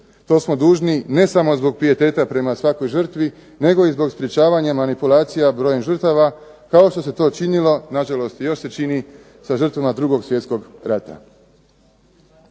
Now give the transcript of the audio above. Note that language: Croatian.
To smo dužni ne samo zbog pijeteta prema svakoj žrtvi, nego zbog sprječavanja manipulacija brojem žrtava kao što se to činilo, na žalost još se čini, sa žrtvama 2. Svjetskog rata.